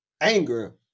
anger